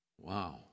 Wow